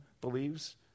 believes